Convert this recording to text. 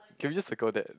can we just circle that